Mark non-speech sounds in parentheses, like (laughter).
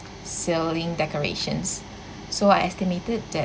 sailing decorations (breath) so I estimated that